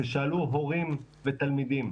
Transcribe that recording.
כששאלו הורים ותלמידים,